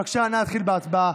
בבקשה, נא להתחיל בהצבעה.